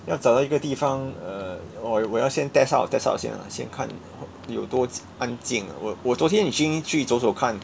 要找到一个地方 uh or 我要先 test out test out 先 ah 先看有多安静 ah 我我昨天已经去走走看